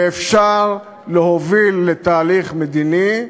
ואפשר להוביל לתהליך מדיני,